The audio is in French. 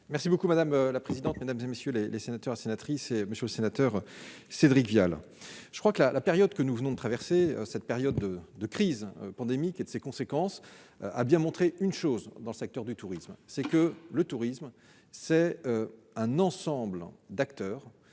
Merci beaucoup, madame la présidente, mesdames et messieurs les les sénateurs et sénatrices et monsieur le sénateur, Cédric Vial, je crois que la la période que nous venons de traverser cette période de crise pandémique et de ses conséquences, a bien montré une chose dans le secteur du tourisme, c'est que le tourisme, c'est un ensemble d'acteurs